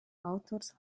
autors